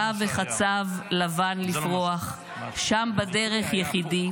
// שב החצב לבן לפרוח / שם בדרך יחידי